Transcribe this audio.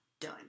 done